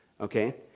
Okay